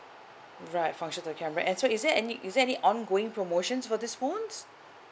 right functions and camera so is there any is there any ongoing promotions for these phones